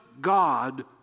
God